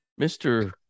Mr